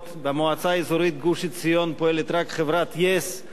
במועצה אזורית גוש-עציון פועלת רק חברת yes,